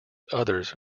others